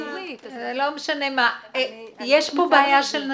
יש פה בעיה של נתון.